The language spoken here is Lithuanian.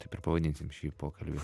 taip ir pavadinsim šį pokalbį